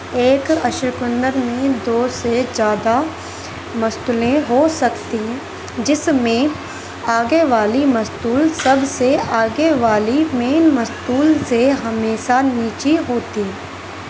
ایک اشکونر میں دو سے زیادہ مستولیں ہو سکتی ہیں جس میں آگے والی مستول سب سے آگے والی مین مستول سے ہمیشہ نیچے ہوتیں